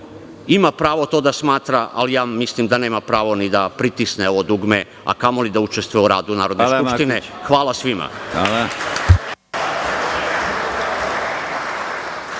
ima pravo to da smatra, ali ja mislim da nema pravo ni da pritisne ovo dugme, a kamoli da učestvuje u radu Narodne skupštine. Hvala svima.